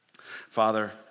Father